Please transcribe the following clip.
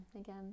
again